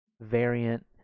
Variant